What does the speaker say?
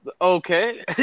Okay